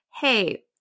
hey